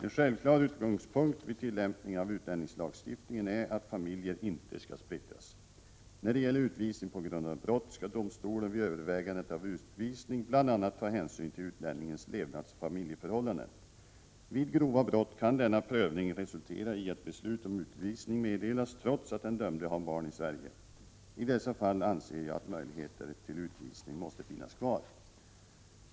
En självklar utgångspunkt vid tillämpningen av utlänningslagstiftningen är att familjer inte skall splittras. När det gäller utvisning på grund av brott skall domstolen vid övervägandet om utvisning bl.a. ta hänsyn till utlänningens levnadsoch familjeförhållanden. Vid grova brott kan denna prövning resultera i att beslut om utvisning meddelas trots att den dömde har barn i Sverige. I dessa fall anser jag att möjligheter till utvisning måste finnas kvar.